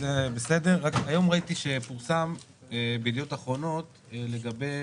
היום ראיתי שפורסם ב"ידיעות אחרונות" לגבי